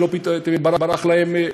שלא פתאום ברח להם,